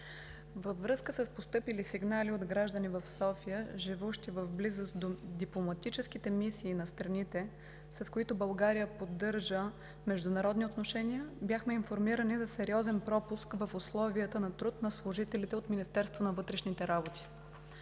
Във връзка с постъпили сигнали от граждани в София, живущи в близост до дипломатическите мисии на страните, с които България поддържа международни отношения, бяхме информирани за сериозен пропуск в условията на труд на служителите от Министерството на вътрешните работи.